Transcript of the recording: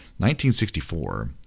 1964